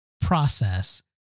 process